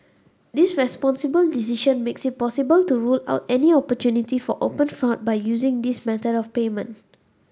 this responsible decision makes it possible to rule out any opportunity for open fraud by using this method of payment